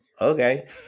okay